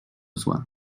zła